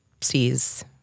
sees